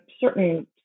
certain